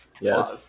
Yes